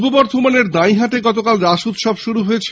পূর্ব বর্ধমানের দাঁই হাটে গতকাল রাস উৎসব শুরু হয়েছে